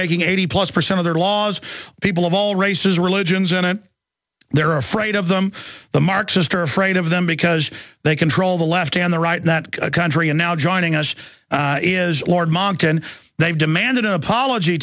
making eighty plus percent of their laws people of all races religions in it they're afraid of them the marxist are afraid of them because they control the left and the right not a country and now joining us is lord monckton they've demanded an apology